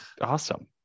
Awesome